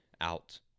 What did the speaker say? out